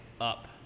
up